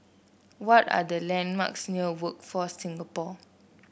what are the landmarks near Workforce Singapore